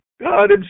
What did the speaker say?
God